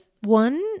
one